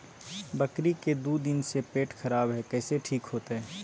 बकरी के दू दिन से पेट खराब है, कैसे ठीक होतैय?